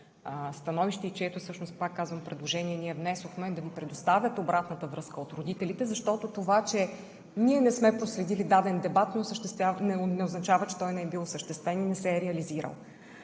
и чието всъщност, пак казвам, предложение ние внесохме, да предоставят обратната връзка от родителите, защото това, че ние не сме проследили даден дебат, не означава, че той не е бил осъществен и не се е реализирал.